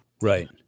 Right